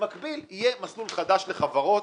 ובמקביל יהיה מסלול חדש לחברות,